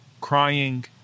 crying